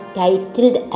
titled